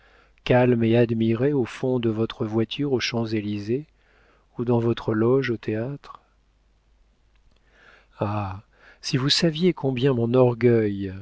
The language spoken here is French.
calme et admirée au fond de votre voiture aux champs-élysées ou dans votre loge au théâtre ah si vous saviez combien mon orgueil